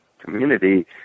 community